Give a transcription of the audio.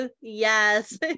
Yes